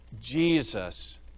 Jesus